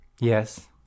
yes